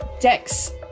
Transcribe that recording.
dex